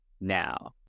now